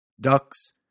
Ducks